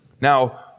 Now